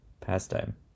pastime